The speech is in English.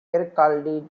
kirkcaldy